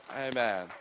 Amen